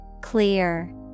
Clear